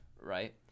right